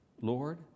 Lord